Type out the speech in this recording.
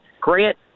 Grant